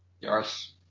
Yes